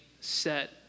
set